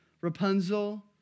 Rapunzel